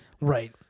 Right